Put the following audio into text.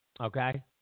Okay